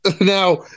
Now